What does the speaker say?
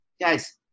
Guys